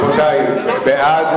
רבותי, בעד,